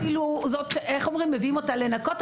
אפילו את זאת שמביאים אותה לנקות,